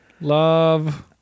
love